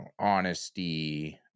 honesty